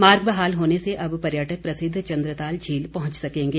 मार्ग बहाल होने से अब पर्यटक प्रसिद्व चंद्रताल झील पहुंच सकेंगे